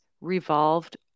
revolved